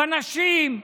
בנשים,